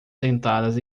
sentadas